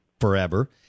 forever